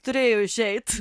turėjo išeit